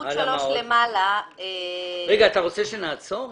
אתה רוצה שנעצור?